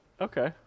Okay